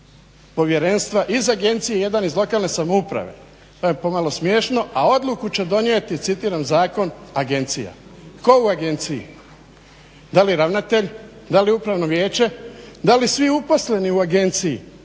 povjerenstva iz agencije, jedan iz lokalne samouprave? To je pomalo smiješno. A odluku će donijeti citiram zakon: "agencija". Tko u agenciji? Da li ravnatelj, da li upravno vijeće, da li svi uposleni u agenciji